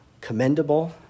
commendable